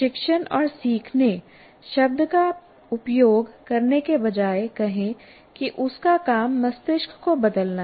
शिक्षण और सीखने शब्द का उपयोग करने के बजाय कहें कि उसका काम मस्तिष्क को बदलना है